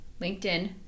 LinkedIn